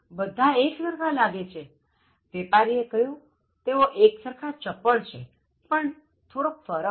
બધા એક્સરખા લાગે છે વેપારીએ કહ્યું તેઓ એક્સરખા ચપળ છે પણ થોડો ફરક છે